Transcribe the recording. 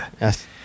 Yes